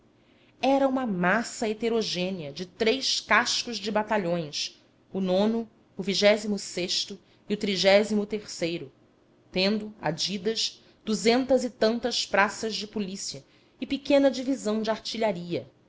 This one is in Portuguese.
era uma massa heterogênea de três cascos de batalhões o o o tendo adidas duzentas e tantas praças de polícia e pequena divisão de artilharia